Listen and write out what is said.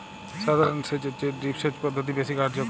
সাধারণ সেচ এর চেয়ে ড্রিপ সেচ পদ্ধতি বেশি কার্যকর